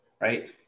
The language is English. Right